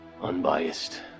unbiased